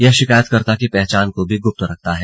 यह शिकायतकर्ता की पहचान को भी गुप्त रखता है